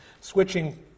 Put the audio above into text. switching